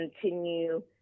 continue